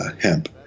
hemp